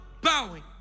bowing